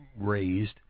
raised